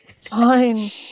Fine